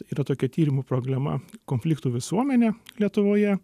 yra tokia tyrimų problema konfliktų visuomenė lietuvoje